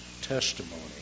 testimony